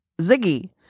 Ziggy